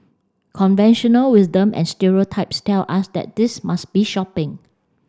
conventional wisdom and stereotypes tell us that this must be shopping